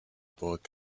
bought